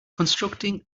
constructing